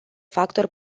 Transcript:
factor